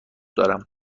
دارم